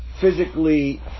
physically